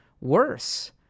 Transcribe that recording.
worse